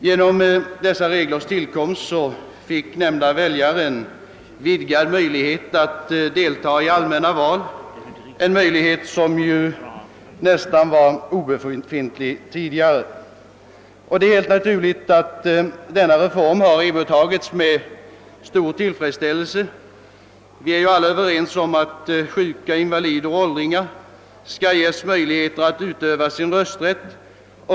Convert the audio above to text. Genom dessa regler bereddes nämnda väljare vidgad möjlighet att deltaga i allmänna val — en möjlighet som tidigare var nästan obefintlig. Det är helt naturligt att denna reform mottagits med stor tillfredsställelse. Vi är ju alla överens om att sjuka, invalider och åldringar skall ges tillfälle att utöva sin rösträtt.